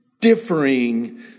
differing